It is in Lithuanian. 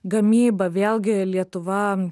gamyba vėlgi lietuva